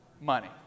Money